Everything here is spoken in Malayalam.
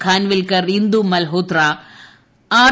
ഖാൻവിൽകർ ഇന്ദു മൽഹോത്ര ആർ